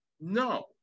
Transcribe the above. No